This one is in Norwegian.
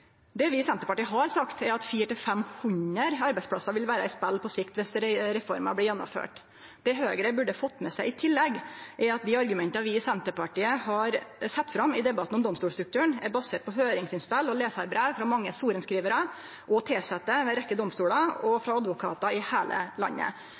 Det vi i Senterpartiet har sagt, er at 400–500 arbeidsplassar vil vere i spel på sikt om reforma blir gjennomført. Det Høgre burde fått med seg i tillegg, er at dei argumenta vi i Senterpartiet har sett fram i debatten om domstolsstrukturen, er baserte på høyringsinnspel og lesarbrev frå mange sorenskrivarar og tilsette ved ei rekkje domstolar og